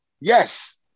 Yes